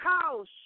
house